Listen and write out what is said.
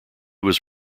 was